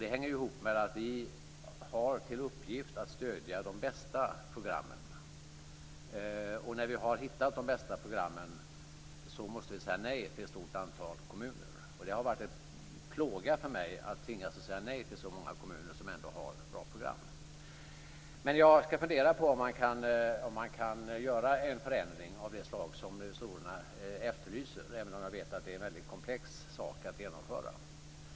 Det hänger ihop med att vi har till uppgift att stödja de bästa programmen, och när vi har hittat de bästa programmen måste vi säga nej till ett stort antal kommuner. Det har varit en plåga för mig att tvingas säga nej till så många kommuner som ändå har bra program. Jag ska fundera på om man kan göra en förändring av det slag som revisorerna efterlyser även om jag vet att det är en komplex sak att genomföra.